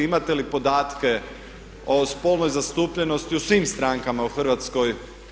Imate li podatke o spolnoj zastupljenosti u svim strankama u Hrvatskoj?